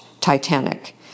Titanic